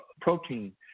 protein